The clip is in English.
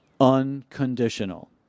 unconditional